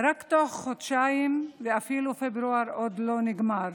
רק תוך חודשיים, ופברואר אפילו עוד לא נגמר